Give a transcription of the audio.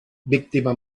víctima